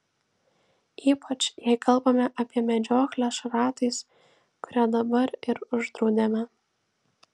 ypač jei kalbame apie medžioklę šratais kurią dabar ir uždraudėme